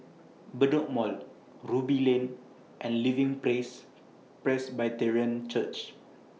Bedok Mall Ruby Lane and Living Praise Presbyterian Church